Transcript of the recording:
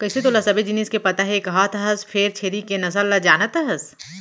कइसे तोला सबे जिनिस के पता हे कहत हस फेर छेरी के नसल ल जानत हस?